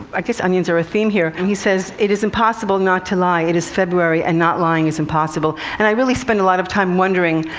i guess onions are a theme here. and he says, it is impossible not to lie. it is february and not lying is impossible. and i really spend a lot of time wondering,